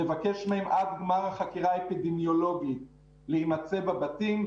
לבקש מהם עד גמר החקירה האפידמיולוגית להימצא בבתים.